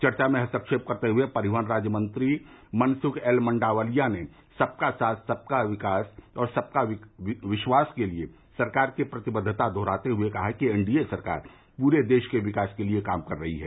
चर्चा में हस्तक्षेप करते हुए परिवहन राज्यमंत्री मनसुख एल मंडाविया ने सबका साथ सबका विकास और सबका विश्वास के लिए सरकार की प्रतिबद्दता दोहराते हुए कहा कि एन डी ए सरकार पूरे देश के विकास के लिए काम कर रही है